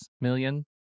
million